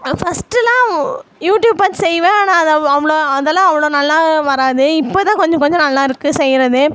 ஃபர்ஸ்ட்டெலாம் YouTube பார்த்து செய்வேன் ஆனால் அது அவ்வளோ அதெல்லாம் அவ்வளோ நல்லா வராது இப்போ தான் கொஞ்ச கொஞ்சம் நல்லா இருக்குது செய்கிறது